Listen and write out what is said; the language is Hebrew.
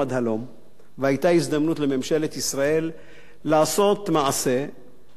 והיתה הזדמנות לממשלת ישראל לעשות מעשה ולטפל בנושא,